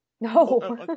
No